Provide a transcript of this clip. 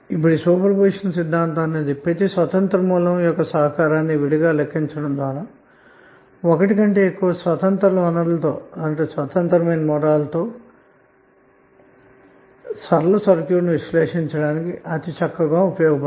కాబట్టి సూపర్పొజిషన్ సిద్ధాంతాన్ని ఎక్కువగా బహుళమైనటువంటి స్వతంత్ర సోర్స్ లు కలిగినటువంటి సరళమైన సర్క్యూట్ను విశ్లేషించటానికి చక్కగా ఉపయోగించవచ్చు